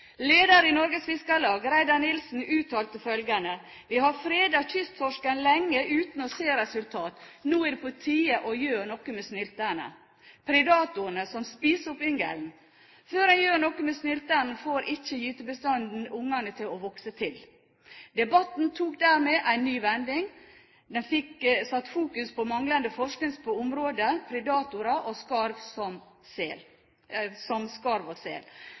Leder i Norges Fiskarlag, Reidar Nilsen, uttalte følgende: Vi har fredet kysttorsken lenge uten å se resultat. Nå er det på tide å gjøre noe med snylterne – predatorene som spiser opp yngelen. Før en gjør noe med snylterne, får ikke gytebestanden ungene til å vokse til. Debatten tok dermed en ny vending; den fikk satt fokus på manglende forskning på området predatorer, som skarv og sel.